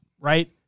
right